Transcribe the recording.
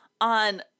on